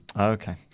Okay